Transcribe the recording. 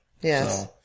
yes